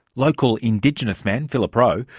local indigenous man, phillip roe,